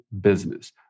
business